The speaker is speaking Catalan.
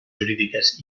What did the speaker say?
jurídiques